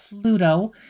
Pluto